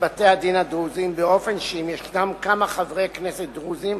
בתי-הדין הדרוזיים באופן שאם ישנם כמה חברי כנסת דרוזים,